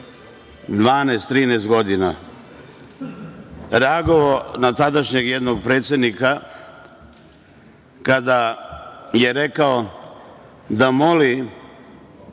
13 godina, reagovao na tadašnjeg jednog predsednika kada je rekao da moli